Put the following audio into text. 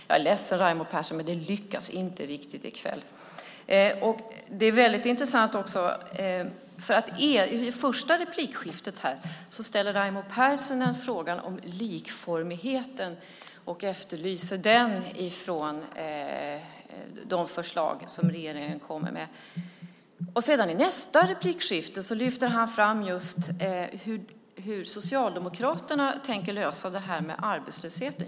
Jag är ledsen, Raimo Pärssinen, men det lyckas inte riktigt i kväll. I sin första replik ställer Raimo Pärssinen frågan om likformigheten och efterlyser den i regeringens förslag. I nästa replik lyfter han fram just hur Socialdemokraterna tänker lösa arbetslösheten.